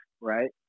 right